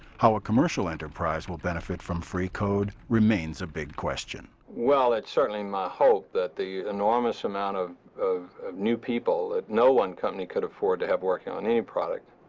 how ah commercial enterprise would benefit from free code remains a big question. well, it's certainly my hope that the enormous amount of of new people that no one company could afford to have working on any product,